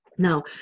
Now